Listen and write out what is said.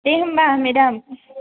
दे होमबा मेदाम